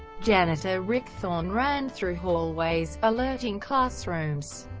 janitor rick thorne ran through hallways, alerting classrooms.